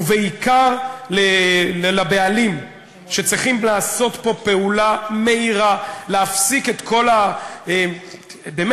ובעיקר לבעלים שצריכים לעשות פה פעולה מהירה ולהפסיק את הניסיונות